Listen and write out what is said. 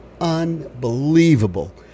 unbelievable